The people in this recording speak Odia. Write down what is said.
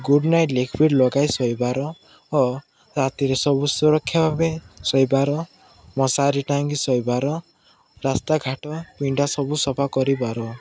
ଗୁଡ଼୍ ନାଇଟ୍ ଲିକ୍ୟୁଇଡ଼ ଲଗାଇ ଶୋଇବାର ଓ ରାତିରେ ସବୁ ସୁରକ୍ଷା ଭାବେ ଶୋଇବାର ମଶାରୀ ଟାଙ୍ଗି ଶୋଇବାର ରାସ୍ତାଘାଟ ପିଣ୍ଡା ସବୁ ସଫା କରିବାର